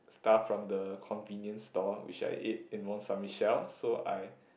stuff from the convenience store which I eat in Mont Saint Michel so I